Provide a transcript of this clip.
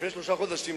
לפני שלושה חודשים,